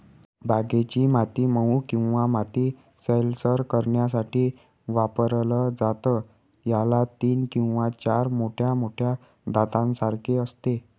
बागेची माती मऊ किंवा माती सैलसर करण्यासाठी वापरलं जातं, याला तीन किंवा चार मोठ्या मोठ्या दातांसारखे असते